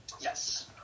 Yes